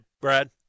Brad